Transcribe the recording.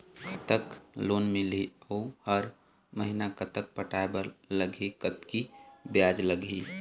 कतक लोन मिलही अऊ हर महीना कतक पटाए बर लगही, कतकी ब्याज लगही?